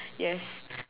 yes